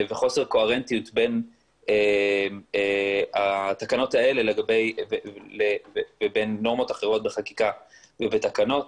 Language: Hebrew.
וחוסר קוהרנטיות בין התקנות האלה ובין נורמות אחרות בחקיקה ובתקנות.